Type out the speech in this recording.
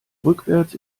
rückwärts